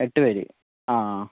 എട്ട് പേര് ആ